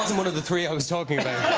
one of the three homes talking about